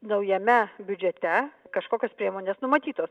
naujame biudžete kažkokios priemonės numatytos